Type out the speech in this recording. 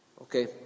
Okay